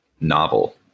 novel